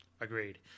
Agreed